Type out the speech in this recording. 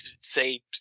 say